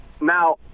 now